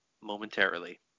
momentarily